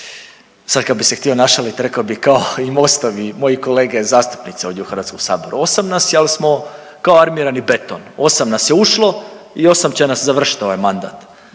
Sad kad bih se htio našalit rekao bi kao i Mostovi moji kolege zastupnice ovdje u HS-u, osam nas je al smo kao armirani beton, osam nas je ušlo i osam će nas završit ovaj mandat.